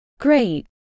Great